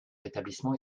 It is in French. rétablissement